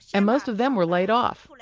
and most of them were laid off.